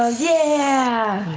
ah yeah!